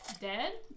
dead